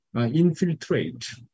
infiltrate